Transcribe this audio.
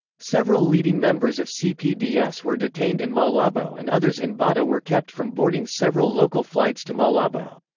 several leading members of cpds were detained in malabo and others in bata were kept from boarding several local flights to malabo.